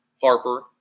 Harper